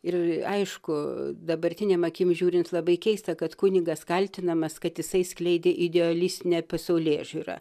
ir aišku dabartinėm akim žiūrint labai keista kad kunigas kaltinamas kad jisai skleidė idealistinę pasaulėžiūrą